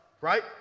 right